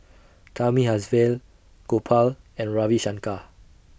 Thamizhavel Gopal and Ravi Shankar